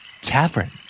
Tavern